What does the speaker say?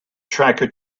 tracker